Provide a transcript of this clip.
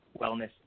wellness